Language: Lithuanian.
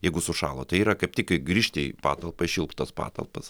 jeigu sušalo tai yra kaip tik grįžti į patalpą į šiltas patalpas